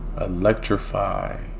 electrify